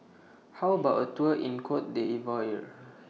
How about A Tour in Cote D'Ivoire